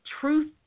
truth